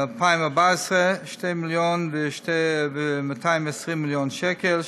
2014, 2 מיליון ו-220,000 שקל,